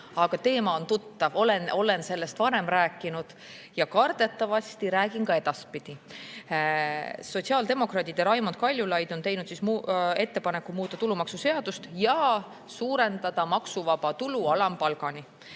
Teema on tuttav, olen sellest varem rääkinud ja kardetavasti räägin ka edaspidi. Sotsiaaldemokraadid ja Raimond Kaljulaid on teinud ettepaneku muuta tulumaksuseadust ja suurendada maksuvaba tulu alampalgani.